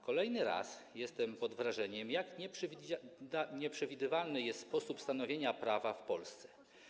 Kolejny raz jestem pod wrażeniem tego, jak nieprzewidywalny jest sposób stanowienia prawa w Polsce.